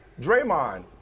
Draymond